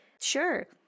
sure